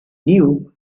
knew